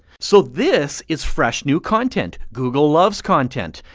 so this is fresh new content. google loves content.